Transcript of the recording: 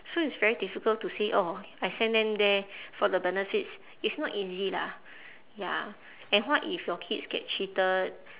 so it's very difficult to say oh I send them there for the benefits it's not easy lah ya and what if your kids got cheated